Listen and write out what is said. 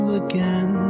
again